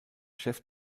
chef